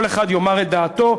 וכל אחד יאמר את דעתו,